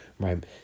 right